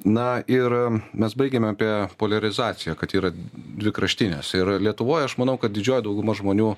na ir mes baigėme apie poliarizaciją kad yra dvi kraštinės ir lietuvoj aš manau kad didžioji dauguma žmonių